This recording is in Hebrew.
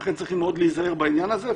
לכן צריך מאוד להיזהר בעניין הזה.